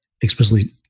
explicitly